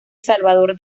salvador